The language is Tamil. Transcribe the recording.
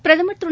பிரதமா் திரு